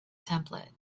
template